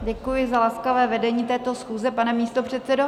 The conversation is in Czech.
Děkuji za laskavé vedení této schůze, pane místopředsedo.